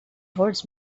towards